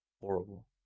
Horrible